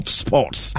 sports